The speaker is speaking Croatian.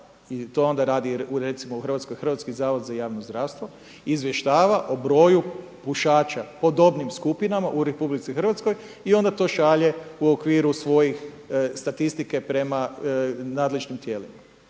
i to onda radi recimo u Hrvatskoj Hrvatski zavod za javno zdravstvo, izvještava o broju pušača po dobnim skupinama u RH i onda to šalje u okviru svoje statistike prema nadležnim tijelima.